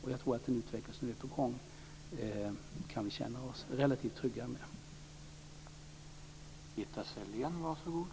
Jag tror att vi kan känna oss relativt trygga med den utveckling som är på gång.